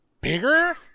bigger